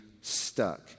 stuck